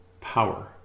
power